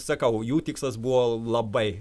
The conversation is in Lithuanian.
sakau jų tikslas buvo labai